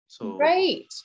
Right